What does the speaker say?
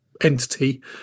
entity